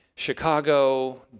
Chicago